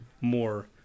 more